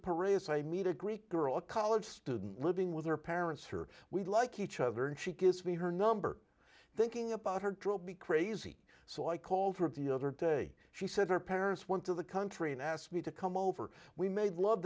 parades i meet a greek girl a college student living with her parents her we'd like each other and she gives me her number thinking about her drill be crazy so i called her the other day she said her parents went to the country and asked me to come over we made love